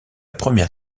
première